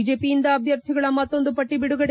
ಬಿಜೆಪಿಯಿಂದ ಅಭ್ವರ್ಥಿಗಳ ಮತ್ತೊಂದು ಪಟ್ಟಿ ಬಿಡುಗಡೆ